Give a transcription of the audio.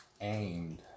aimed